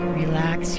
relax